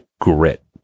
grit